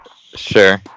Sure